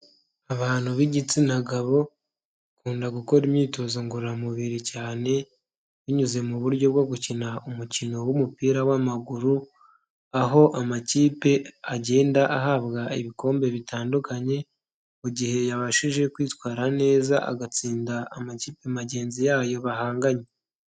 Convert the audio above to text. Abantu b'igitsina gabo bakunda gukora imyitozo ngororamubiri cyane binyuze mu buryo bwo gukina umukino w'umupira w'amaguru, aho amakipe agenda ahabwa ibikombe bitandukanye mu gihe yabashije kwitwara neza agatsinda amakipe magenzi yayo bahanganye.